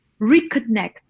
reconnect